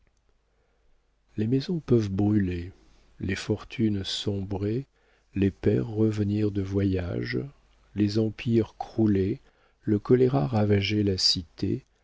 les maisons peuvent brûler les fortunes sombrer les pères revenir de voyage les empires crouler le choléra ravager la cité